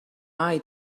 eye